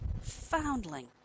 foundling